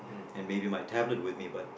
and maybe my tablet with me but